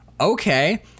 okay